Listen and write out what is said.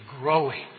growing